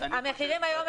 מחירים.